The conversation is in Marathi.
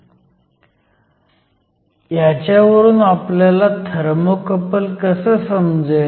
तर ह्याच्यावरून आपल्याला थर्मोकपल कसं समजेल